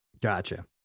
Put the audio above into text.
Gotcha